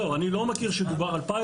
אני לא מכיר פיילוט,